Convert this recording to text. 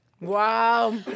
Wow